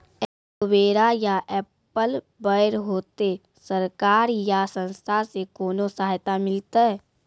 Aloe vera या apple बैर होते? सरकार या संस्था से कोनो सहायता मिलते?